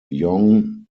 yong